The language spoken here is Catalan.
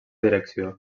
direcció